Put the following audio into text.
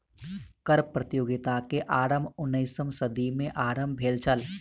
कर प्रतियोगिता के आरम्भ उन्नैसम सदी में आरम्भ भेल छल